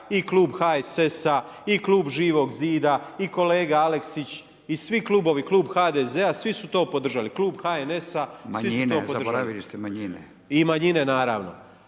i Klub HSS-a i Klub Živog zida i kolege Aleksić i svi klubovi, Klub HDZ-a svi su to podržali, Klub HNS-a, svi su to podržali …/Upadica Radin: Manjine, zaboravili ste manjine./… i manjine naravno.